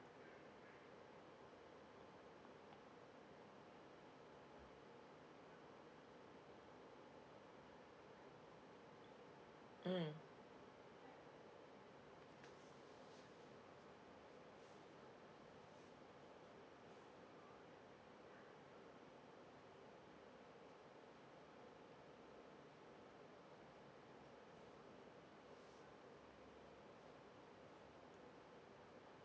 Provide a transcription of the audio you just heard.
mm